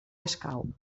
escau